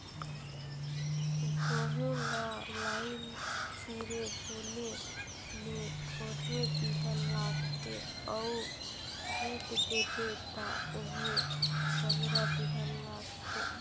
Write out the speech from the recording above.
गहूँ ल लाईन सिरे बुने में थोरहें बीहन लागथे अउ छींट देबे ता ओम्हें बगरा बीहन लागथे